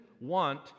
want